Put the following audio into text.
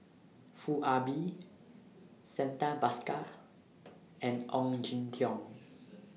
Foo Ah Bee Santha Bhaskar and Ong Jin Teong